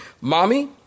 mommy